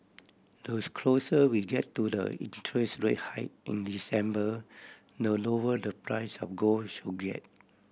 those closer we get to the interest rate hike in December the lower the price of gold should get